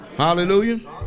Hallelujah